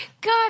God